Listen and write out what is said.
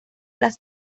las